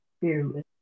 fearless